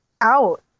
out